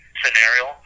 scenario